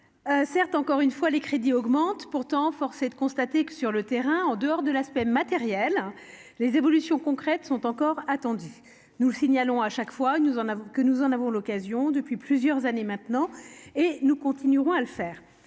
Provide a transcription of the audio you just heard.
augmentent encore une fois, certes. Pourtant, force est de constater que, sur le terrain, en dehors de l'aspect matériel, les évolutions concrètes sont encore attendues. Nous le signalons chaque fois que nous en avons l'occasion, depuis plusieurs années maintenant, et nous continuerons à le faire.